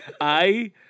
I-